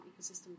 ecosystem